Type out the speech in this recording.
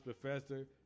professor